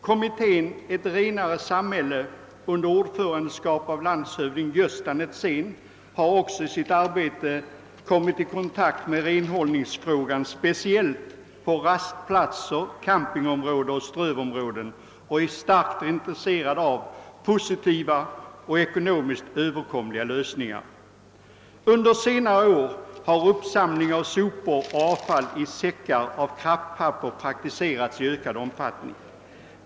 Kommittén »Ett renare samhälle» under ordförandeskap av landshövding Gösta Netzén har också i sitt arbete kommit i kontakt med frågor om renhållning, speciellt på rastplatser, campingområden och strövområden, och är mycket intresserad av positiva och ekonomiskt genomförbara lösningar. Under senare år har uppsamling av sopor och avfall i säckar av kraftpapper praktiserats i ökande omfattning.